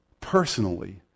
personally